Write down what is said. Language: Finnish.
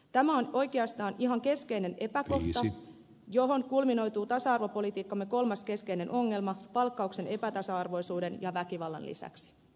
tämä on oikeastaan ihan keskeinen epäkohta johon kulminoituu tasa arvopolitiikkamme kolmas keskeinen ongelma palkkauksen epätasa arvoisuuden ja väkivallan lisäksi